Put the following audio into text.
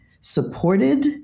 supported